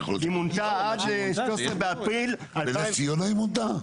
היא מונתה עד ל-13 באפריל 2023. בנס ציונה היא מונתה?